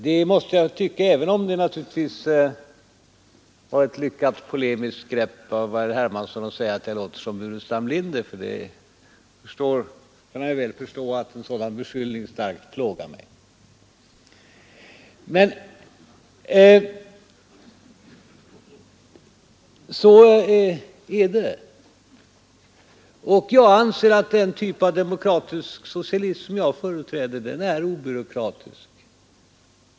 Det måste jag tycka, även om det naturligtvis var ett lyckat polemiskt grepp av herr Hermansson att säga att jag låter som herr Burenstam Linder — herr Hermansson kan ju väl förstå att en sådan beskyllning sårar mig. Men jag har den uppfattningen, och jag anser att den typ av demokratisk socialism som jag företräder är obyråkratisk.